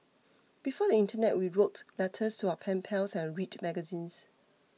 before the internet we wrote letters to our pen pals and read magazines